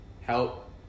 help